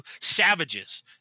savages